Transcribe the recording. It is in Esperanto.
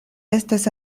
estas